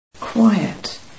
Quiet